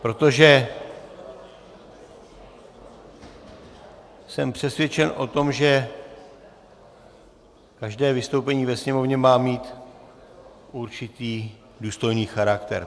Protože jsem přesvědčen o tom, že každé vystoupení ve sněmovně má mít určitý důstojný charakter.